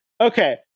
Okay